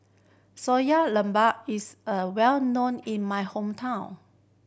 sayur is a well known in my hometown